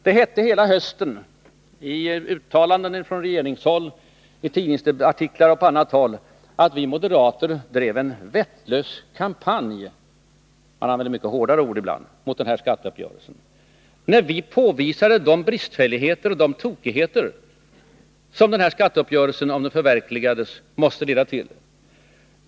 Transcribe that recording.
Det hette hela hösten i uttalanden från regeringshåll, i tidningsartiklar och på annat håll, att vi moderater drev en ”vettlös kampanj” — man använde ibland mycket hårdare ord — mot skatteuppgörelsen, när vi påvisade de bristfälligheter och de tokigheter som skatteuppgörelsen, om den förverkli gades, måste leda till.